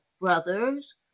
brothers